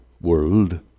world